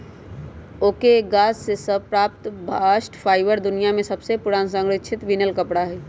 oak के गाछ सभ से प्राप्त बास्ट फाइबर दुनिया में सबसे पुरान संरक्षित बिनल कपड़ा हइ